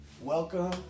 Welcome